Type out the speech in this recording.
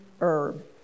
herb